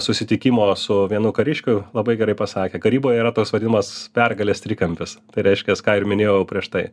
susitikimo su vienu kariškiu labai gerai pasakė karyboje yra toks vadinamas pergalės trikampis tai reiškia ką ir minėjau prieš tai